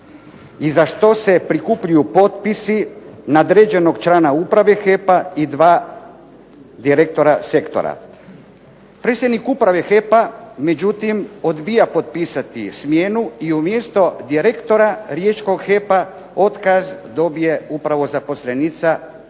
i za što se prikupljaju potpisi nadređenog člana uprave "HEP-a" i 2 direktora sektora. Predsjednik uprave "HEP-a" međutim, odbija potpisati smjenu i umjesto direktora riječkog "HEP-a" otkaz dobije upravo zaposlenica nakon